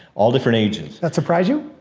all different ages. that surprised you?